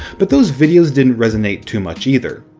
but those videos didn't resonate too much either.